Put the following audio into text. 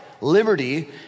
liberty